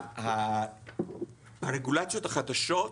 הרגולציות החדשות,